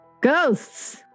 Ghosts